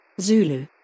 Zulu